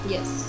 Yes